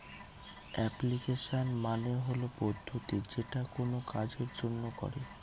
application মানে হল পদ্ধতি যেটা কোনো কাজের জন্য করে